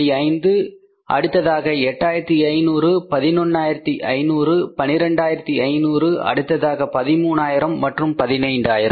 5 அடுத்ததாக 8500 11500 12500 அடுத்ததாக 13000 மற்றும் 15000